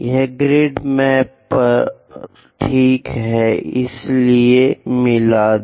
यह grid map पर ठीक है इसलिए मिला दे